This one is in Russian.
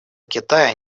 китая